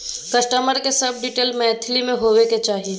customer के सब detail Maithili में होबाक चाही